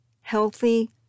healthy